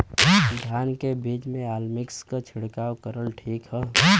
धान के बिज में अलमिक्स क छिड़काव करल ठीक ह?